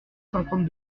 cinquante